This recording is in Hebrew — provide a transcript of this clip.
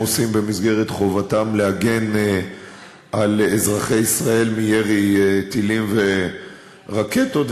עושים במסגרת חובתם להגן על אזרחי ישראל מירי טילים ורקטות,